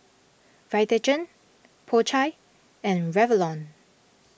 Vitagen Po Chai and Revlon